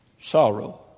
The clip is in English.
sorrow